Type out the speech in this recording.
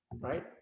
right